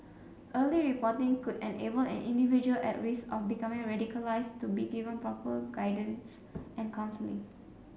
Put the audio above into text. early reporting could enable an individual at risk of becoming radicalised to be given proper guidance and counselling